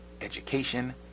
education